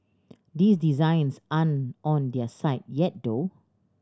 these designs aren't on their site yet though